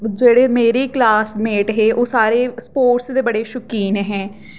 जेह्ड़े मेरे क्लासमेट हे ओह् सारे स्पोर्टस दे बड़े शौकीन हे